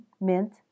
mint